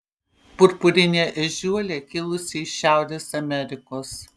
purpurinė ežiuolė kilusi iš šiaurės amerikos